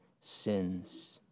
sins